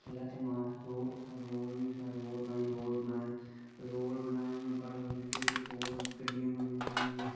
साढ़े इत्थै रोड निहा ते उ'ने रोड बनाया पुल बनाए